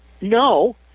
No